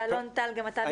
ואלון טל, גם אתה ביקשת.